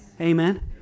Amen